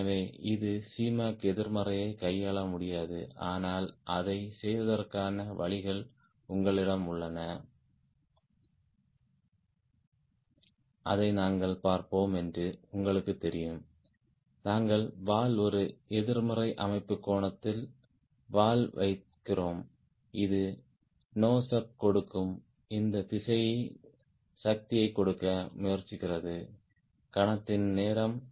எனவே இது Cmac எதிர்மறையைக் கையாள முடியாது ஆனால் அதைச் செய்வதற்கான வழிகள் உங்களிடம் உள்ளன அதை நாங்கள் பார்ப்போம் என்று உங்களுக்குத் தெரியும் நாங்கள் வால் ஒரு எதிர்மறை அமைப்புக் கோணத்தில் வால் வைக்கிறோம் இது நோஸ் அப் கொடுக்கும் இந்த திசையில் சக்தியைக் கொடுக்க முயற்சிக்கிறது கணத்தின் நேரம்